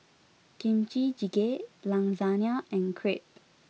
Kimchi jjigae Lasagne and Crepe